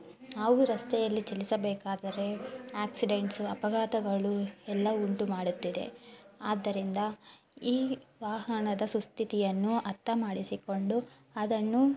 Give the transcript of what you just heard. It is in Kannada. ನಾವು ರಸ್ತೆಯಲ್ಲಿ ಚಲಿಸಬೇಕಾದರೆ ಆಕ್ಸಿಡೆಂಟ್ಸು ಅಪಘಾತಗಳು ಎಲ್ಲ ಉಂಟುಮಾಡುತ್ತಿದೆ ಆದ್ದರಿಂದ ಈ ವಾಹನದ ಸುಸ್ಥಿತಿಯನ್ನು ಅರ್ಥಮಾಡಿಕೊಂಡು ಅದನ್ನು